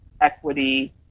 Equity